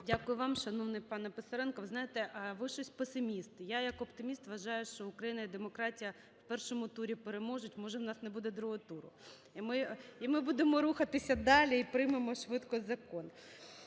Дякую вам, шановний пане Писаренко. Ви знаєте, ви щось песиміст. Я як оптиміст вважаю, що Україна і демократія в першому турі переможуть, може в нас буде другого туру і ми будемо рухатися далі, і приймемо швидко закон.